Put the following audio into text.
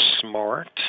smart